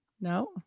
No